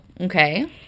Okay